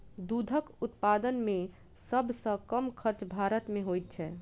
दूधक उत्पादन मे सभ सॅ कम खर्च भारत मे होइत छै